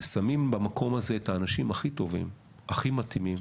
שמים במקום הזה את האנשים הכי טובים, הכי מתאימים.